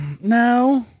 No